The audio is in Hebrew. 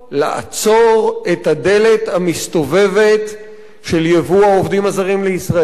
לעצור את הדלת המסתובבת של ייבוא העובדים הזרים לישראל.